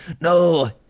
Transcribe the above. No